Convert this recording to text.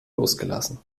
losgelassen